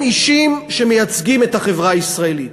חברים אישים שמייצגים את החברה הישראלית,